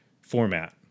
format